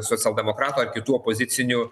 socialdemokratų ar kitų opozicinių